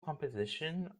composition